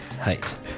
Height